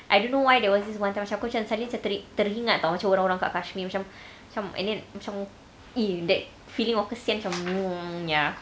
I don't know why there was this one time macam aku suddenly teringat [tau] macam orang-orang kat kashmir macam macam macam and then that feeling of kesian macam ya